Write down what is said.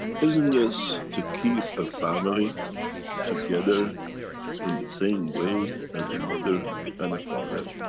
isn't this to keep a family together in the same way as a mother and a father?